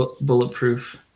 bulletproof